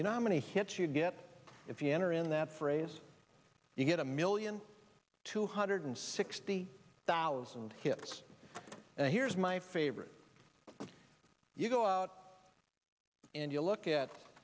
you know how many hits you get if you enter in that phrase you get a million two hundred sixty thousand hits and here's my favorite you go out and you look at